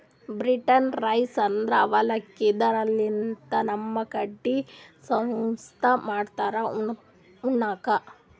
beaten rice ಅಂದ್ರ ಅವಲಕ್ಕಿ, ಇದರ್ಲಿನ್ದ್ ನಮ್ ಕಡಿ ಸುಸ್ಲಾ ಮಾಡ್ತಾರ್ ಉಣ್ಣಕ್ಕ್